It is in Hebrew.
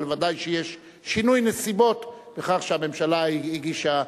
אבל ודאי יש שינוי נסיבות בכך שהממשלה הגישה,